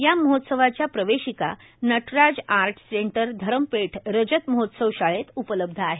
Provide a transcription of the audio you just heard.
या महोत्सवाच्या प्रवेशिका नटराज आर्ट सेंटर धरमपेठ रजत महोत्सव शाळेत उपलब्ध आहेत